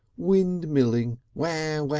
windmilling! waw,